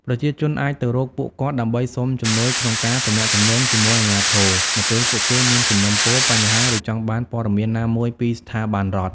ប្រជាជនអាចទៅរកពួកគាត់ដើម្បីសុំជំនួយក្នុងការទំនាក់ទំនងជាមួយអាជ្ញាធរ នៅពេលពួកគេមានសំណូមពរ បញ្ហា ឬចង់បានព័ត៌មានណាមួយពីស្ថាប័នរដ្ឋ។